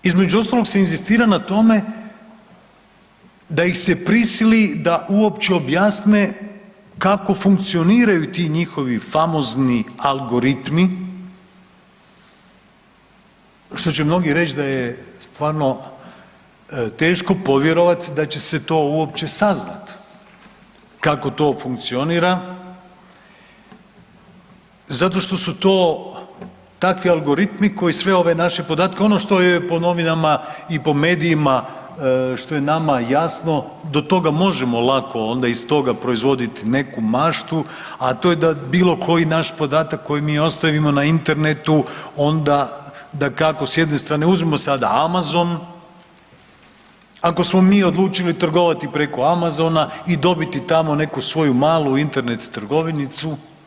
Između ostalog se inzistira na tome da ih se prisili da uopće objasne kako funkcioniraju ti njihovi famozni algoritmi, što će mnogi reć da je stvarno teško povjerovat da će se to uopće saznat kako to funkcionira zato što su to takvi algoritmi koji sve ove naše podatke, ono što je po novinama i po medijima što je nama jasno do toga možemo lako onda iz toga proizvodit neku maštu, a to je da bilo koji naš podatak koji mi ostavimo na internetu onda dakako s jedne strane uzmimo sada Amazon, ako smo mi odlučili trgovati preko Amazona i dobiti tamo neku svoju malu Internet trgovinicu.